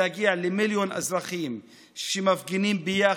להגיע למיליון אזרחים שמפגינים ביחד,